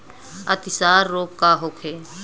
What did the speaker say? अतिसार रोग का होखे?